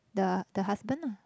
the the husband ah